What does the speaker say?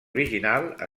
original